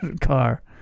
car